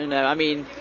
you know i mean,